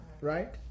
right